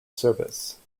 service